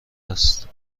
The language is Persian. است